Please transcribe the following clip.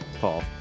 Paul